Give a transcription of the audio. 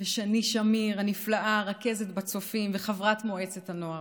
שני שמיר הנפלאה, רכזת בצופים וחברת מועצת הנוער,